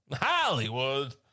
Hollywood